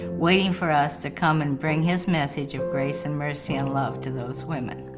waiting for us to come and bring his message of grace and mercy and love to those women.